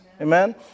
Amen